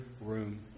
room